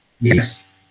Yes